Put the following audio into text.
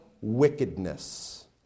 wickedness